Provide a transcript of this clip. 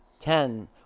ten